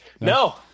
No